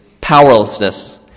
powerlessness